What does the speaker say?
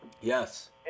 Yes